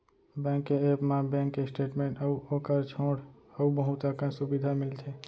bank के app म bank के स्टेट मेंट अउ ओकर छोंड़े अउ बहुत अकन सुबिधा मिलथे